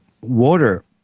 water